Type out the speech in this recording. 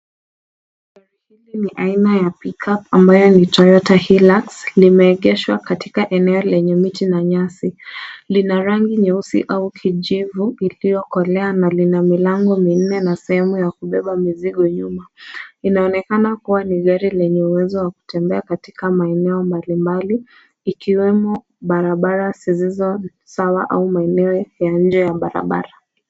Gari hili ni aina ya pickup ambayo ni Toyota hilux limeegeshwa katika eneo lenye miti na nyasi. Lina rangi nyeusi au kijivu iliyokolea na lina milango minne na sehemu ya kubeba mizigo nyuma. Inaonekana kuwa ni gari lenye uwezo wa kutembea katika maeneo mbalimbali ,ikiwemo barabara zisizo sawa au maeneo ya nje ya barabara.